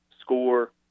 score